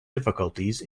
difficulties